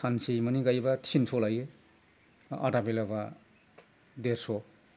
सानसेमानि गायोब्ला तिनस' लायो आधा बेलायावबा देरस'